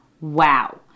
Wow